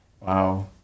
Wow